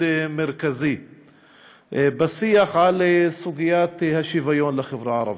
מרכזי בשיח על סוגיית השוויון לחברה הערבית.